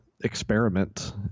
experiment